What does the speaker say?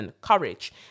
courage